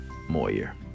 Moyer